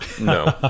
No